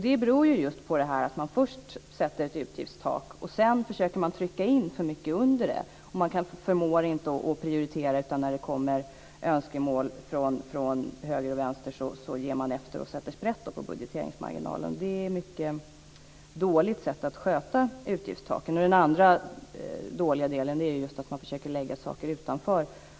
Det beror just på att man först bestämmer ett utgiftstak, och sedan försöker man trycka in för mycket under det. Man förmår inte att prioritera, utan när det kommer önskemål från höger och vänster ger man efter och sätter sprätt på budgeteringsmarginalen. Det är ett mycket dåligt sätt att sköta utgiftstaken. Den andra dåliga delen är att man försöker lägga saker utanför.